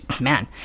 man